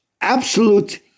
absolute